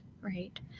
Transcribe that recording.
Right